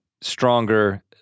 stronger